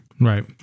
Right